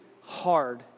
hard